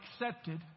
accepted